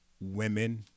women